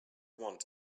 want